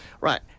Right